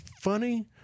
funny